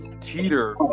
teeter